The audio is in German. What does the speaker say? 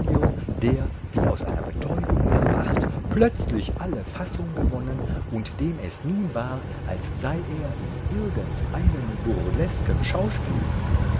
der wie aus einer betäubung erwacht plötzlich alle fassung gewonnen und dem es nun war als sei er in irgendeinem burlesken schauspiel